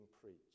preached